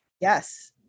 yes